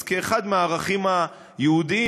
אז כאחד מהערכים היהודיים,